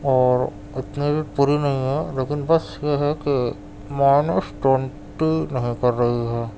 اور اتنی بھی بری نہیں ہے لیکن بس یہ ہے کہ مائنس ٹونٹی نہیں کر رہی ہے